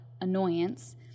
annoyance